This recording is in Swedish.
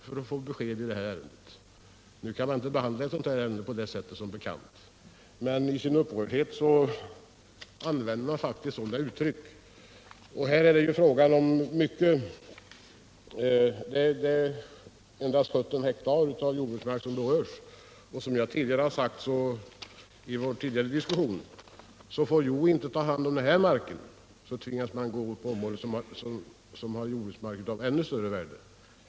Så kan man som bekant inte behandla ett ärende av den här typen, men i sin upprördhet uttryckte sig kommunalrådet på det sättet. Det är endast 17 hektar jordbruksmark som berörs. Som jag sade vid vår tidigare diskussion i frågan tvingas Hjo kommun att ta i anspråk jordbruksmark av ännu större värde, om kommunen inte får ta hand om det här markområdet.